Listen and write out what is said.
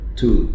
two